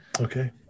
Okay